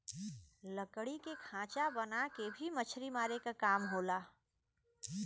लकड़ी के खांचा बना के भी मछरी मारे क काम होला